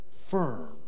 firm